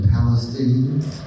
Palestinians